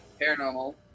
paranormal